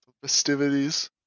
festivities